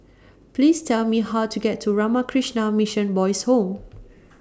Please Tell Me How to get to Ramakrishna Mission Boys' Home